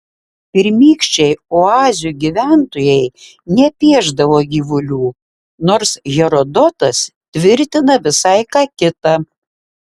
pirmykščiai oazių gyventojai nepiešdavo gyvulių nors herodotas tvirtina visai ką kita